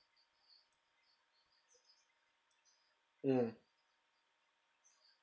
mm